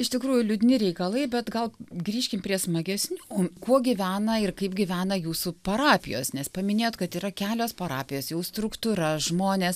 iš tikrųjų liūdni reikalai bet gal grįžkim prie smagesnių kuo gyvena ir kaip gyvena jūsų parapijos nes paminėjot kad yra kelios parapijos jau struktūra žmonės